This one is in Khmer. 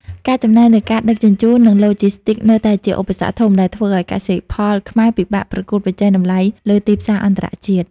ការចំណាយលើការដឹកជញ្ជូន និងឡូជីស្ទីកនៅតែជាឧបសគ្គធំ ដែលធ្វើឱ្យកសិផលខ្មែរពិបាកប្រកួតប្រជែងតម្លៃលើទីផ្សារអន្តរជាតិ។